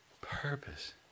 purpose